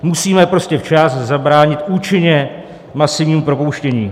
Musíme prostě včas zabránit účinně masivnímu propouštění.